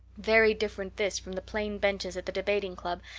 very different this from the plain benches at the debating club,